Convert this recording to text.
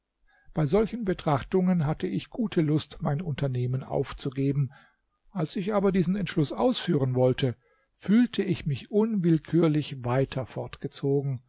bei solchen betrachtungen hatte ich gute lust mein unternehmen aufzugeben als ich aber diesen entschluß ausführen wollte fühlte ich mich unwillkürlich weiter